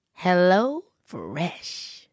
HelloFresh